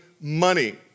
money